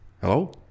Hello